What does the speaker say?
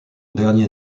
dernier